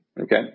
okay